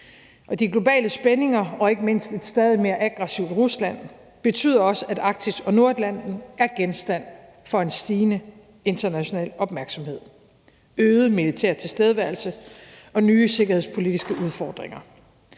de globale spændinger og ikke mindst et stadig mere aggressivt Rusland betyder også, at Arktis og Nordatlanten er genstand for en stigende international opmærksomhed, øget militær tilstedeværelse og nye sikkerhedspolitiske udfordringer.